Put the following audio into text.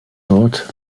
dort